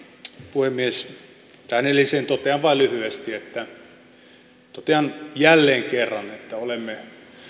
puhemies tähän edelliseen totean vain lyhyesti totean jälleen kerran että olemme